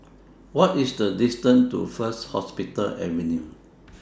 What IS The distance to First Hospital Avenue